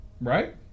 right